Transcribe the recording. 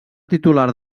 titular